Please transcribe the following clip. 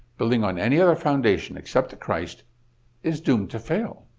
building on any other foundation except the christ is doomed to fail.